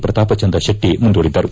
ಪ್ರತಾಪಚಂದ್ರ ಶೆಟ್ಲ ಮುಂದೂಡಿದ್ದರು